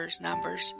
numbers